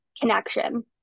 connection